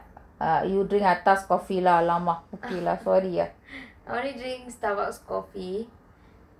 you drink atas coffee lah !alamak! okay lah sorry ah